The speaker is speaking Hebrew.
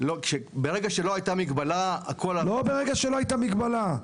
ברגע שלא הייתה מגבלה --- לא ברגע שלא הייתה מגבלה.